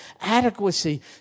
adequacy